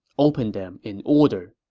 open them in order.